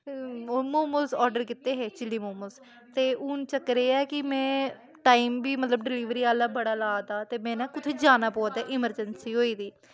ओह् momos order कीते हे चिली मोमोस ते हून चक्कर ऐ के में टाइम बी मतलब डिलीवरी आह्ला बड़ा ला दा ते में कुतै जाना पौआ दा ऐमरजैंसी होई दी